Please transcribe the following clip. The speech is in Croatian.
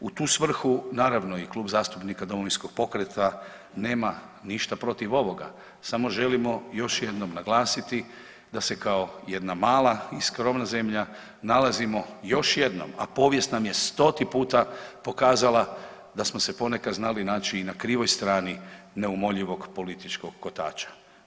U tu svrhu naravno i Klub zastupnika Domovinskog pokreta nema ništa protiv ovoga, samo želimo još jednom naglasiti da se kao jedna mala i skromna zemlja nalazimo još jednom, a povijest nam je stoti puta pokazala da smo se ponekad znali naći i na krivoj strani neumoljivog političkog kotača.